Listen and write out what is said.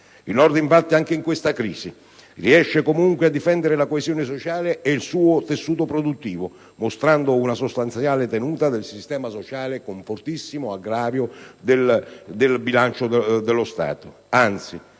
Il Nord, infatti, anche in questa crisi riesce comunque a difendere la coesione ed il tessuto produttivo, mostrando una sostanziale tenuta del sistema sociale con un fortissimo aggravio del bilancio dello Stato;